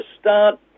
start